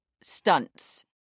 stunts